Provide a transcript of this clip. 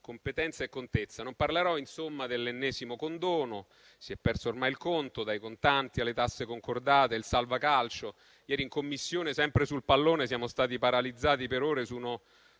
competenza e contezza. Non parlerò, insomma, dell'ennesimo condono, dei quali si è perso ormai il conto: dai contanti, alle tasse concordate, al salvacalcio. Ieri, in Commissione, sempre sul pallone, siamo stati paralizzati per ore su uno